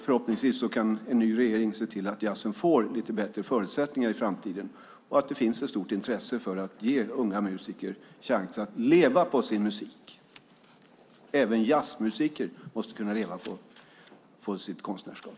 Förhoppningsvis kan en ny regering se till att jazzen får lite bättre förutsättningar i framtiden och att det finns ett stort intresse för att ge unga musiker chans att leva på sin musik. Även jazzmusiker måste kunna leva på sitt konstnärskap.